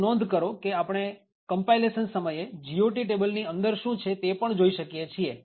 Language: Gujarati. આમ નોંધ કરો કે આપણે કમ્પાઇલેશન સમયે GOT ટેબલ ની અંદર શું છે તે પણ જોઈ શકીએ છીએ